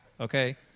okay